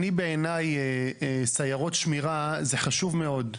בעיניי סיירות שמירה זה חשוב מאוד,